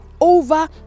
over